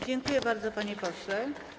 Dziękuję bardzo, panie pośle.